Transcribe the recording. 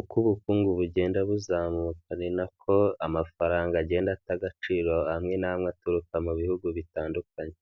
Uko ubukungu bugenda buzamuka ni nako amafaranga agenda ata agaciro amwe n'amwe aturuka mu bihugu bitandukanye,